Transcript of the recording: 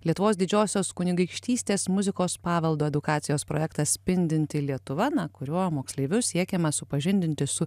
lietuvos didžiosios kunigaikštystės muzikos paveldo edukacijos projektas spindinti lietuva na kuriuo moksleivius siekiama supažindinti su